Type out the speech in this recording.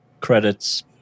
credits